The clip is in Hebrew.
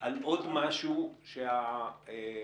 על עוד משהו שהממשלה,